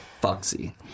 FOXY